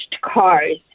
cars